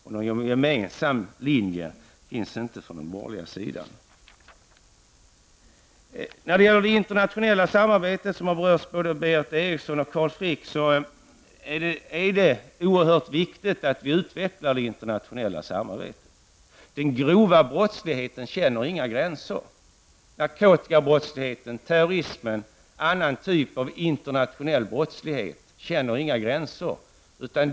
Det finns ingen gemensam linje på den borgerliga sidan. Både Berith Eriksson och Carl Frick har berört det internationella samarbetet. Det är oerhört viktigt att vi utvecklar det internationella samarbetet. Den grova brottsligheten känner inga gränser. Narkotikabrottslighet, terrorism och annan typ av internationell brottslighet känner inga gränser.